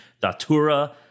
Datura